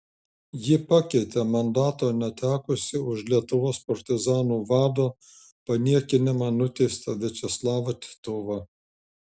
ji pakeitė mandato netekusį už lietuvos partizanų vado paniekinimą nuteistą viačeslavą titovą